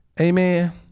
Amen